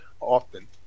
often